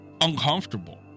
uncomfortable